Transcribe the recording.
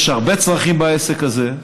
יש הרבה צרכים בעסק הזה.